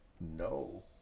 No